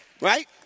Right